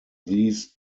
these